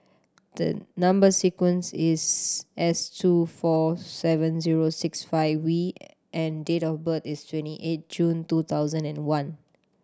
the number sequence is S two four seven zero six five V and date of birth is twenty eight June two thousand and one